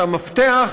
שהמפתח